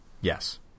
Yes